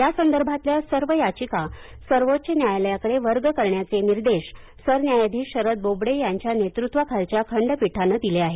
या संदर्भातल्या सर्व याचिका सर्वोच्च न्यायालयाकडे वर्ग करण्याचे निर्देश सरन्यायाधीश शरद बोबडे यांच्या नेतृत्वाखालच्या खंडपीठानं दिले आहेत